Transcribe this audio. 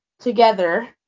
Together